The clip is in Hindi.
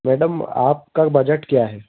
मैडम आपका बजट क्या है